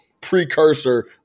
precursor